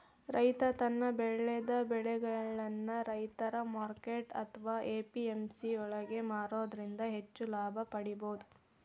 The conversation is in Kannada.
ರೈತ ತಾನು ಬೆಳೆದ ಬೆಳಿಗಳನ್ನ ರೈತರ ಮಾರ್ಕೆಟ್ ಅತ್ವಾ ಎ.ಪಿ.ಎಂ.ಸಿ ಯೊಳಗ ಮಾರೋದ್ರಿಂದ ಹೆಚ್ಚ ಲಾಭ ಪಡೇಬೋದು